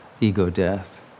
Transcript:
ego-death